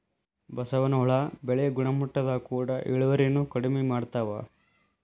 ಬಸವನ ಹುಳಾ ಬೆಳಿ ಗುಣಮಟ್ಟದ ಕೂಡ ಇಳುವರಿನು ಕಡಮಿ ಮಾಡತಾವ